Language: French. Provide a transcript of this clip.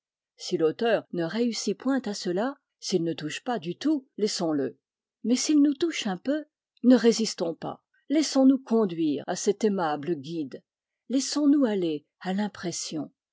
si l'auteur ne réussit point à cela s'il ne touche pas du tout laissons-le mais s'il nous touche un peu ne résistons pas laissons-nous conduire à cet aimable guide laissons-nous aller à l'impression